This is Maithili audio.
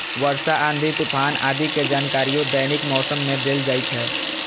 वर्षा, आंधी, तूफान आदि के जानकारियो दैनिक मौसम मे देल जाइ छै